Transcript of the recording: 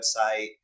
website